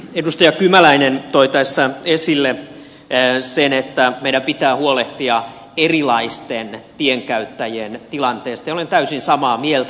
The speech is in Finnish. edustaja kymäläinen toi tässä esille sen että meidän pitää huolehtia erilaisten tienkäyttäjien tilanteesta ja olen täysin samaa mieltä